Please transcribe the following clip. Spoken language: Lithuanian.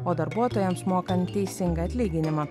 o darbuotojams mokant teisingą atlyginimą